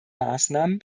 maßnahmen